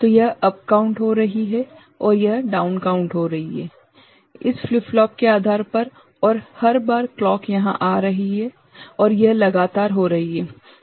तो यह up count हो रही है और यह डाउन काउंट हो रही है इस फ्लिप फ्लॉप के आधार पर और हर बार क्लॉक यहाँ पर आ रही है और यह लगातार हो रही है